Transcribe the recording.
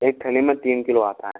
एक थेली में तीन किलो आता है